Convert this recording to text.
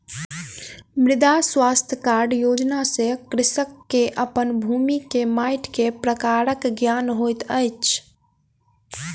मृदा स्वास्थ्य कार्ड योजना सॅ कृषक के अपन भूमि के माइट के प्रकारक ज्ञान होइत अछि